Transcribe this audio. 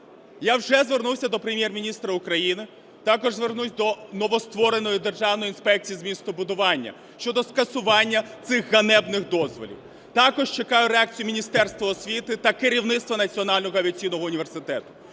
Я вже звернувся до Прем'єр-міністра України. Також звернусь до новоствореної Державної інспекції з містобудування щодо скасування цих ганебних дозволів. Також чекаю реакцію Міністерства освіти та керівництва Національного авіаційного університету.